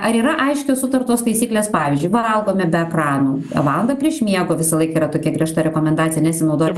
ar yra aiškiai sutartos taisyklės pavyzdžiui valgome be ekranų valandą prieš miegą visąlaik yra tokia griežta rekomendacija nesinaudoti